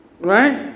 Right